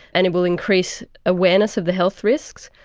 and it will increase awareness of the health risks.